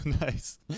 Nice